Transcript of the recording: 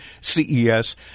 CES